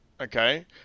okay